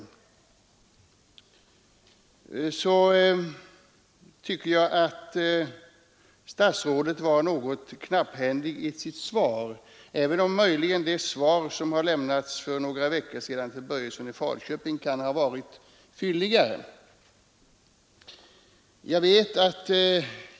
Jag tycker att statsrådets svar var mycket knapphändigt, även om det svar som för några veckor sedan lämnades till herr Börjesson i Falköping kan ha varit fylligare.